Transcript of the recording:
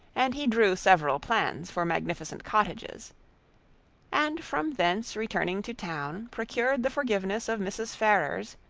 and he drew several plans for magnificent cottages and from thence returning to town, procured the forgiveness of mrs. ferrars,